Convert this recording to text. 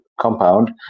compound